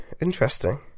Interesting